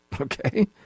Okay